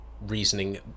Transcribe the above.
reasoning